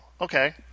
okay